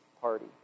party